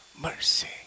mercy